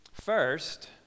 First